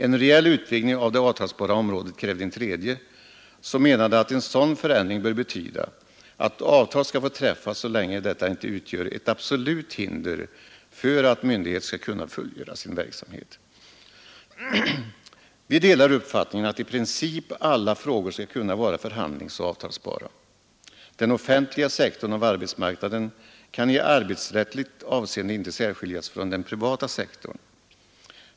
En reell utvidning av det avtalsbara området, krävde en tredje, som menade att en sådan förändring bör betyda att avtal skall få träffas så länge detta inte utgör ett absolut hinder för att myndighet skall kunna fullfölja sin verksamhet. Vi delar uppfattningen att i princip alla frågor skall kunna vara förhandlingsoch avtalsbara. Den offentliga sektorn av arbetsmarknaden kan i arbetsrättsligt avseende inte särskiljas från den privata sektorn.